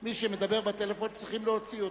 שמי שמדבר בטלפון צריכים להוציא אותו.